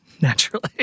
naturally